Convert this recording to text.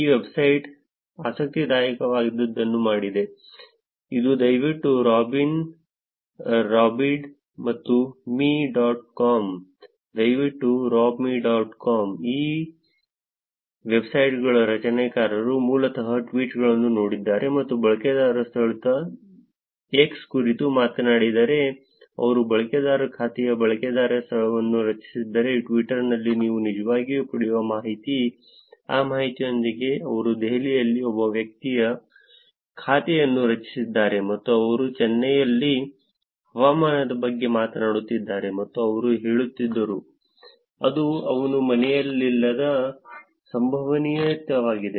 ಈ ವೆಬ್ಸೈಟ್ ಆಸಕ್ತಿದಾಯಕವಾದದ್ದನ್ನು ಮಾಡಿದೆ ಇದು ದಯವಿಟ್ಟು ರಾಬ್ ಡಾಟ್ ರಾಬಿಡ್ ಮತ್ತು ಮಿ ಡಾಟ್ ಕಾಮ್ ದಯವಿಟ್ಟು ರಾಬ್ ಮಿ ಡಾಟ್ ಕಾಮ್ ಈ ವೆಬ್ಸೈಟ್ಗಳ ರಚನೆಕಾರರು ಮೂಲತಃ ಟ್ವೀಟ್ಗಳನ್ನು ನೋಡಿದ್ದಾರೆ ಮತ್ತು ಬಳಕೆದಾರರು ಸ್ಥಳ x ಕುರಿತು ಮಾತನಾಡಿದರೆ ಅಥವಾ ಬಳಕೆದಾರರು ಖಾತೆಯ ಬಳಕೆದಾರ ಸ್ಥಳವನ್ನು ರಚಿಸಿದ್ದರೆ ಟ್ವಿಟರ್ನಲ್ಲಿ ನೀವು ನಿಜವಾಗಿಯೂ ಪಡೆಯುವ ಮಾಹಿತಿ ಆ ಮಾಹಿತಿಯೊಂದಿಗೆ ಅವರು ದೆಹಲಿಯಲ್ಲಿ ಒಬ್ಬ ವ್ಯಕ್ತಿಯು ಖಾತೆಯನ್ನು ರಚಿಸಿದ್ದಾರೆ ಮತ್ತು ಅವರು ಚೆನ್ನೈನಲ್ಲಿ ಹವಾಮಾನದ ಬಗ್ಗೆ ಮಾತನಾಡುತ್ತಿದ್ದಾರೆ ಎಂದು ಅವರು ಹೇಳುತ್ತಿದ್ದರು ಅದು ಅವನು ಮನೆಯಲ್ಲಿಲ್ಲದ ಸಂಭವನೀಯತೆಯಾಗಿದೆ